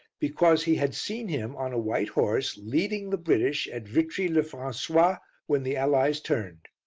because he had seen him on a white horse, leading the british at vitry-le-francois, when the allies turned